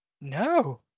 No